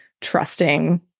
trusting